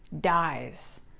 dies